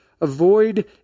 avoid